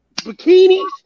bikinis